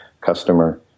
Customer